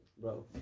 Bro